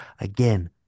again